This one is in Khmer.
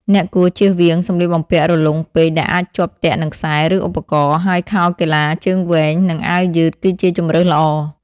អ្នកគួរជៀសវាងសម្លៀកបំពាក់រលុងពេកដែលអាចជាប់ទាក់នឹងខ្សែ ឬឧបករណ៍ ហើយខោកីឡាជើងវែង និងអាវយឺតគឺជាជម្រើសល្អ។